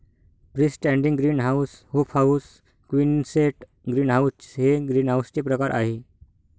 free standing greenhouse, hoop house, quonset greenhouse हे ग्रीनहाऊसचे प्रकार आहे